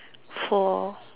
for